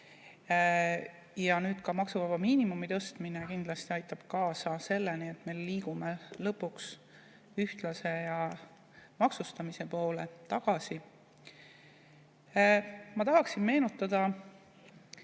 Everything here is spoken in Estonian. Ja nüüd ka maksuvaba miinimumi tõstmine kindlasti aitab kaasa sellele, et me liigume lõpuks ühtlase maksustamise poole tagasi. Ma tahaksin meenutada